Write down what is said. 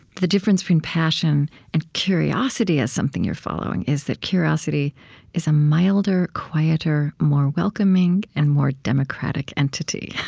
the difference between passion and curiosity as something you're following is that curiosity is a milder, quieter, more welcoming, and more democratic entity.